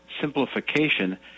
simplification